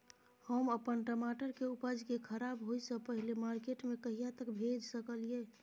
हम अपन टमाटर के उपज के खराब होय से पहिले मार्केट में कहिया तक भेज सकलिए?